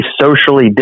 socially